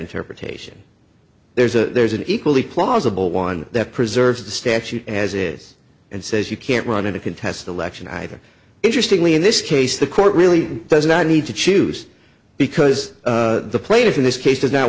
interpretation there's a there's an equally plausible one that preserves the statute as it is and says you can't run in a contest election either interestingly in this case the court really does not need to choose because the plaintiff in this case does not